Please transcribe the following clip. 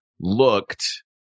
looked